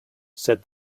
said